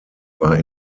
war